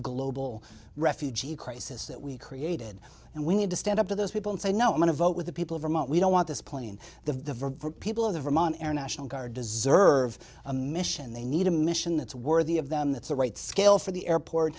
global refugee crisis that we created and we need to stand up to those people and say no i'm going to vote with the people of vermont we don't want this plane the people of the vermont air national guard deserve a mission they need a mission that's worthy of them that's the right scale for the airport